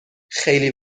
خیلی